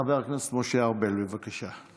חבר הכנסת משה ארבל, בבקשה.